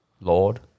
Lord